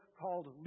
called